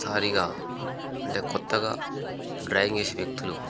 సారిగా అంటే కొత్తగా డ్రాయింగ్ వేసే వ్యక్తులు